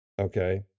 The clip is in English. Okay